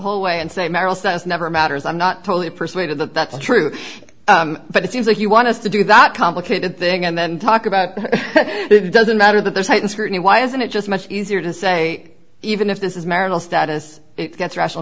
hallway and say merrill's that's never matters i'm not totally persuaded that that's true but it seems like you want us to do that complicated thing and then talk about it it doesn't matter that there's heightened scrutiny why isn't it just much easier to say even if this is marital status it gets rational